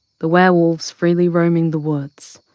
the werewolves freely roaming the woods,